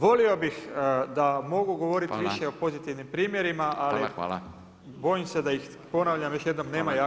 Volio bih da mogu govoriti više o pozitivnim primjerima, ali bojim se da ih ponavljam još jednom nema jako puno.